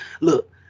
look